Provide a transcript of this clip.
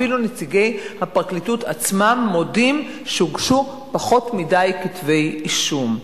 אפילו נציגי הפרקליטות עצמם מודים שהוגשו פחות מדי כתבי אישום.